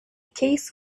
case